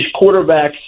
quarterbacks